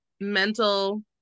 mental